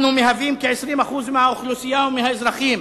אנחנו מהווים כ-20% מהאוכלוסייה ומהאזרחים,